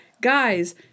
Guys